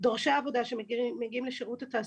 דורשי עבודה שמגיעים לשירות התעסוקה,